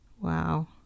Wow